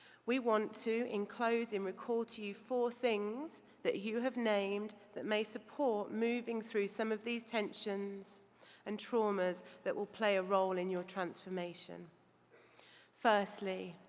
we want to enclose and record to you four things that you have named that may support moving through some of these tensions and traumas that will play a role in your transformation. first firstly,